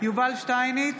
יובל שטייניץ,